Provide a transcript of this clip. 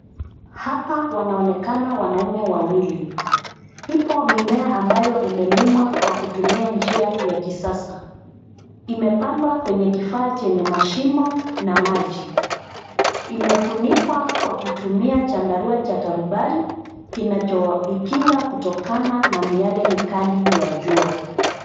Hapa wanaonekana wanaume wawili. Ipo mimea ambayo imeliwma kwa kutumia njia ya kisasa. Imepandwa kwenye kifaa chenye mashimo na maji. Imefunikwa kwa kutumia chandarua cha tarubari kinachoikinga kutokana na miale mikali ya jua.